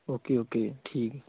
okay okay ਠੀਕ